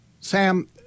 Sam